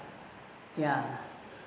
ya